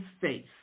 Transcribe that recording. face